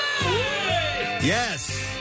Yes